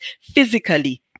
physically